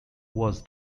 was